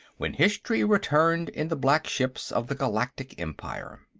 when history returned in the black ships of the galactic empire.